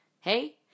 Hey